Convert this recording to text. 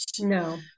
no